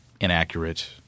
inaccurate